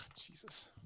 Jesus